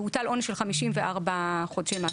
הוטל עונש של 54 חודשי מאסר בפועל.